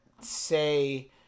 say –